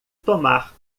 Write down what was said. tomar